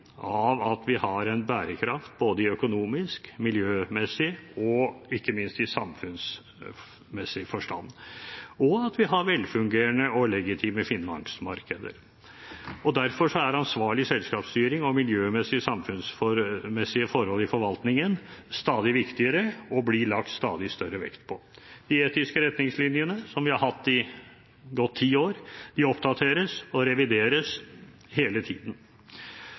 av at vi har en bærekraft i både økonomisk, miljømessig og ikke minst samfunnsmessig forstand, og at vi har velfungerende og legitime finansmarkeder. Derfor er ansvarlig selskapsstyring og miljømessige samfunnsmessige forhold i forvaltningen stadig viktigere og blir lagt stadig større vekt på. De etiske retningslinjene som vi har hatt i godt ti år, oppdateres og revideres hele tiden.